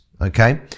okay